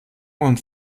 und